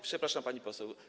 Przepraszam, pani poseł.